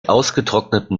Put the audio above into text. ausgetrockneten